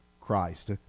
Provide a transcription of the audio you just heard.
christ